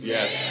Yes